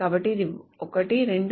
కాబట్టి ఇది 1 2 3